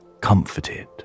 comforted